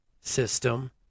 system